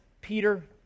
Peter